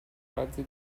razzi